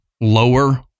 lower